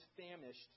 famished